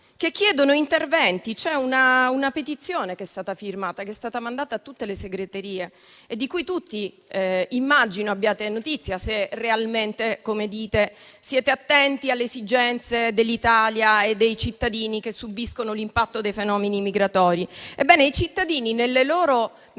chiedono interventi: c'è una petizione che è stata firmata, mandata a tutte le segreterie e di cui tutti immagino abbiate notizia, se realmente, come dite, siete attenti alle esigenze dell'Italia e dei cittadini che subiscono l'impatto dei fenomeni migratori. Ebbene, i cittadini nella loro